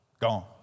gone